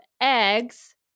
eggs